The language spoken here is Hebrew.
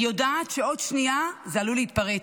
היא יודעת שעוד שנייה זה עלול להתפרץ,